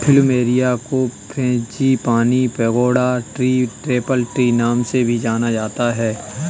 plumeria को frangipani, pagoda tree, temple tree नाम से भी जाना जाता है